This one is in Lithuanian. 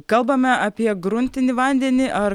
kalbame apie gruntinį vandenį ar